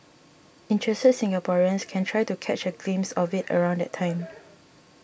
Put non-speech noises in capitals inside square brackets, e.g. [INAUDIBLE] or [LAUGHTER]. interested Singaporeans can try to catch a glimpse of it around that time [NOISE]